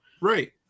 Right